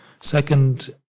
Second